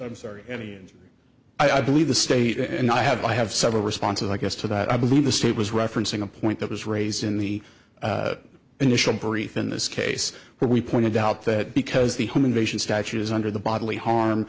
i'm sorry any and i believe the state and i have i have several responses i guess to that i believe the state was referencing a point that was raised in the initial brief in this case where we pointed out that because the home invasion statute is under the bodily harm